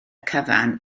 cyfan